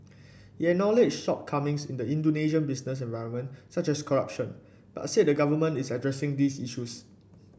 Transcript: he acknowledged shortcomings in the Indonesian business environment such as corruption but said the government is addressing these issues